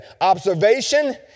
observation